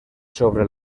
sobre